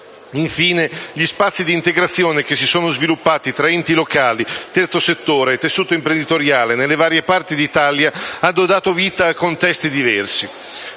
Infine, gli spazi di integrazione che si sono sviluppati tra enti locali, terzo settore e tessuto imprenditoriale, nelle varie parti d'Italia hanno dato vita a contesti diversi.